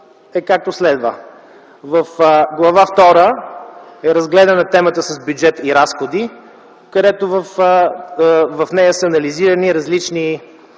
е, както следва: в Глава втора е разгледана темата с бюджет и разходи, където в нея са анализирани различни